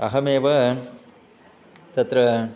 अहमेव तत्र